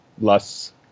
less